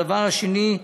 הדבר השני,